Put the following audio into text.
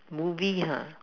movie ha